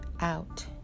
out